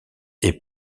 est